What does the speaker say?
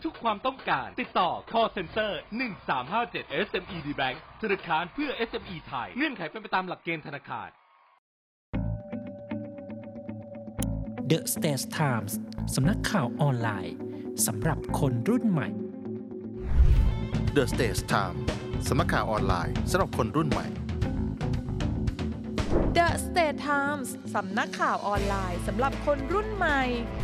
ทุกความต้องการ ติดต่อ call center 1357 SME D Bank ธนาคารเพื่อ SME ไทย เงื่อนไขเป็นไปตามหลักเกณฑ์ธนาคารThe States Times สำนักข่าวออนไลน์ สำหรับคนรุ่นใหม่The States Times สำนักข่าวออนไลน์ สำหรับคนรุ่นใหม่The States Times สำนักข่าวออนไลน์ สำหรับคนรุ่นใหม่